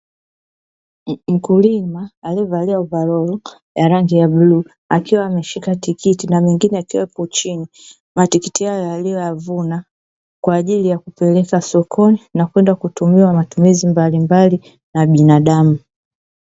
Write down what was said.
Mkulima aliyevalia ovaroli ya rangi ya bluu akiwa ameshika tikiti na mengine yakiwepo chini, matikiti hayo aliyoyavuna kwa ajili ya kupeleka sokoni na kwenda kutumiwa matumizi mbalimbali ya binadamu.